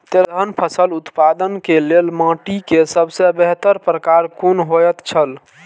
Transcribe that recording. तेलहन फसल उत्पादन के लेल माटी के सबसे बेहतर प्रकार कुन होएत छल?